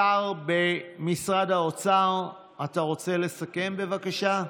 השר במשרד האוצר, אתה רוצה לסכם, בבקשה?